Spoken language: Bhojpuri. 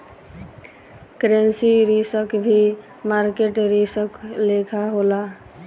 करेंसी रिस्क भी मार्केट रिस्क लेखा होला